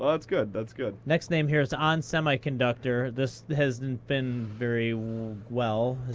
ah that's good. that's good. next name here is on semiconductor. this hasn't been very well.